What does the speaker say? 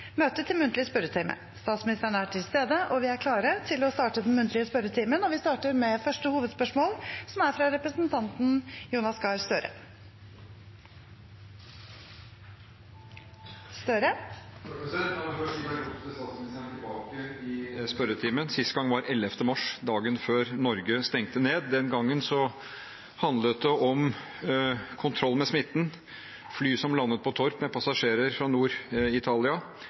Statsministeren er til stede, og vi er klare til å starte den muntlige spørretimen. Vi starter med første hovedspørsmål, fra representanten Jonas Gahr Støre. La meg først si at det er godt å se statsministeren tilbake i spørretimen. Sist gang var 11. mars, dagen før Norge stengte ned. Den gangen handlet det om kontroll med smitten, om fly som landet på Torp med passasjerer fra